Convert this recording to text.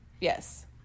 Yes